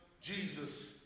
Jesus